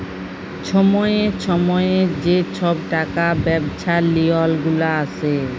ছময়ে ছময়ে যে ছব টাকা ব্যবছার লিওল গুলা আসে